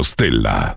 Stella